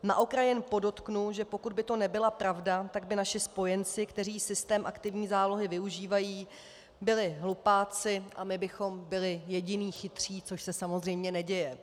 Na okraj jen podotknu, že pokud by to nebyla pravda, tak by naši spojenci, kteří systém aktivní zálohy využívají, byli hlupáci a my bychom byli jediní chytří, což se samozřejmě neděje.